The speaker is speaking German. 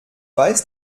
weiß